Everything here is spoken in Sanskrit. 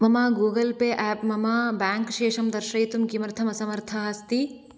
मम गूगल् पे एप् मम बेङ्क् शेषं दर्शयितुं किमर्थम् असमर्थः अस्ति